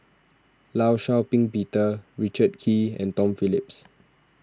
Law Shau Ping Peter Richard Kee and Tom Phillips